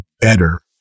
better